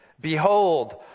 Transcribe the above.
Behold